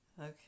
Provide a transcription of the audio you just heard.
Okay